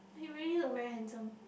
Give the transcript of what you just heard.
he really look very handsome